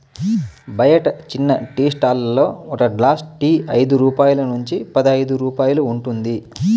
బయట చిన్న tea stall లలో ఒక గ్లాస్ టీ ఐదు రూపాయల నుంచి పదైదు రూపాయలు ఉంటుంది